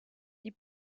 die